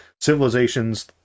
civilizations